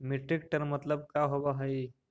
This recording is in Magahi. मीट्रिक टन मतलब का होव हइ?